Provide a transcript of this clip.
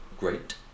great